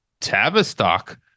tavistock